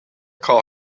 call